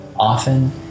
Often